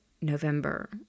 November